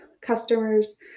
customers